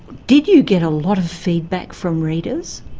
did you get a lot of feedback from readers?